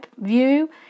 view